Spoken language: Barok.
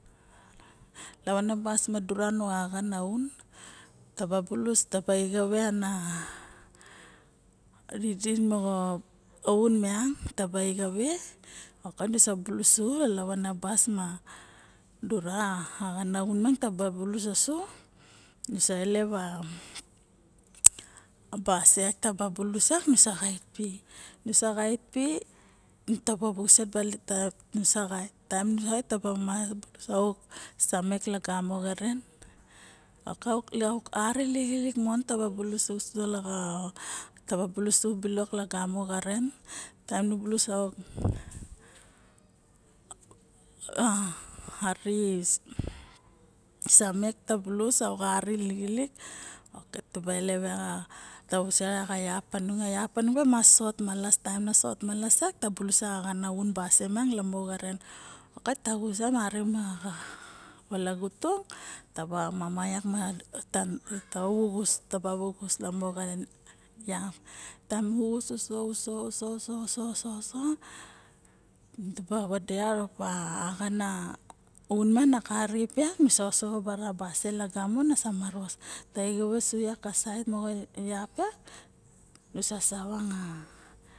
Lavana bas ma dura nu axana aun taba bulus taba exawe ana didin moxa aun miang taba evawe ok nusa bulus lavana basma dura nu axana aun miang bulus ose nusa elep a basie taba bulus nu sa xait pi taba auset baling taem taba xuset taem taba maros nusa xuset ka bulu auk samek ma auk ari lixilin mon ta xuset mon a yap taba sot su ne miang nusa visik axana aun basie lao xaren ok ta vuxus yak ma valagu tung taba mama yak kava vuxus taem nu vuxus uso uso taba vade axana aun miang naka rip yak nusa osoxo bara basie lagamo nase maros taxave xasaet moxa yap yal nusa savang.